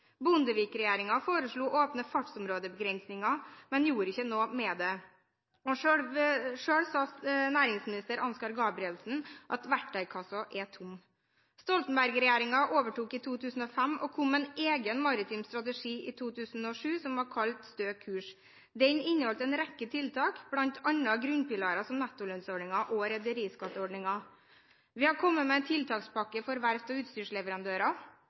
foreslo å åpne fartsområdebegrensningen, men gjorde ikke noe med det. Selv sa nærings- og handelsminister Ansgar Gabrielsen at verktøykassen var tom. Stoltenberg-regjeringen overtok i 2005 og kom med en egen maritim strategi i 2007, som var kalt «Stø kurs». Den inneholdt en rekke tiltak, bl.a. grunnpilarer som nettolønnsordningen og rederiskattordningen. Vi har kommet med en tiltakspakke for verft og utstyrsleverandører,